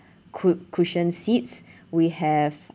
cu~ cushion seats we have